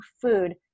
food